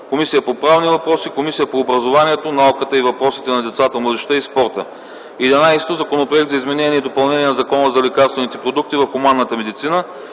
Комисията по правни въпроси, Комисията по образованието, науката и въпросите на децата, младежта и спорта. 11. Законопроект за изменение и допълнение на Закона за лекарствените продукти в хуманната медицина.